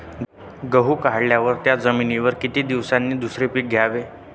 गहू काढल्यावर त्या जमिनीवर किती दिवसांनी दुसरे पीक घ्यावे?